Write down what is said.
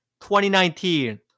2019